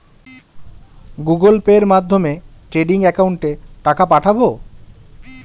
Google পের মাধ্যমে trading একাউন্টে টাকা পাঠাবো?